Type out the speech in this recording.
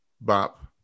Bop